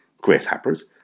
grasshoppers